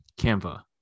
Canva